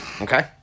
Okay